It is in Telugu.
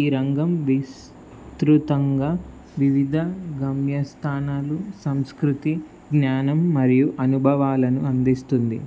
ఈ రంగం విస్తృతంగా వివిధ గమ్యస్థానాలు సంస్కృతి జ్ఞానం మరియు అనుభవాలను అందిస్తుంది